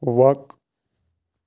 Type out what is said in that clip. وق